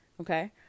Okay